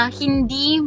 hindi